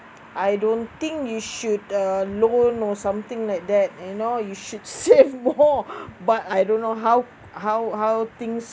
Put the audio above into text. I don't think you should uh loan or something like that you know you should save more but I don't know how how how things